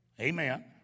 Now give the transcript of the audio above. Amen